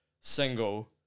single